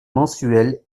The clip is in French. mensuel